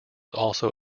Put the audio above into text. also